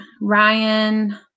Ryan